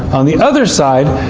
on the other side,